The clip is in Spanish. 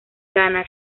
ghana